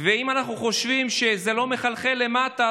אם אנחנו חושבים שזה לא מחלחל למטה,